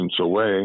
away